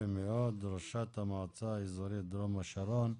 יפה מאוד, ראשת המועצה האזורית דרום השרון.